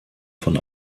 von